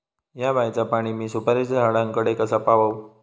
हया बायचा पाणी मी सुपारीच्या झाडान कडे कसा पावाव?